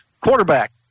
Quarterback